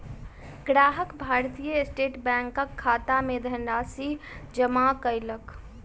ग्राहक भारतीय स्टेट बैंकक खाता मे धनराशि जमा कयलक